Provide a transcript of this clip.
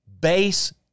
base